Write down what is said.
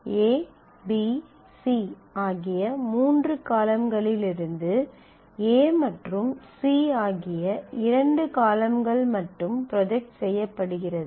A B C ஆகிய மூன்று காலம்களில் இருந்து A மற்றும் C ஆகிய இரண்டு காலம்கள் மட்டும் ப்ரொஜக்ட் செய்யப்படுகிறது